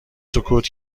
سکوت